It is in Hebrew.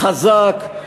חזק,